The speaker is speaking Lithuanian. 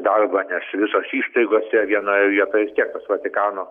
darbą nes visos įstaigos yra vienoje vietoje vis tiek tas vatikano